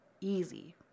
Easy